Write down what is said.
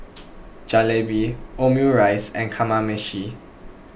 Jalebi Omurice and Kamameshi